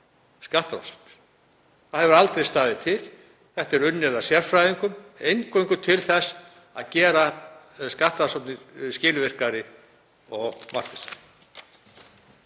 skattrannsóknir. Það hefur aldrei staðið til. Þetta er unnið af sérfræðingum, eingöngu til þess að gera skattrannsóknir skilvirkari og markvissari.